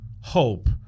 hope